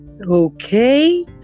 Okay